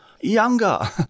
younger